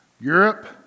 Europe